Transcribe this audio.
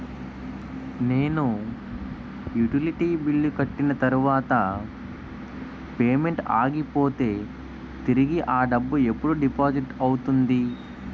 నేను utility bill కట్టిన తర్వాత పేమెంట్ ఆగిపోతే తిరిగి అ డబ్బు ఎప్పుడు డిపాజిట్ అవుతుంది?